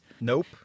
Nope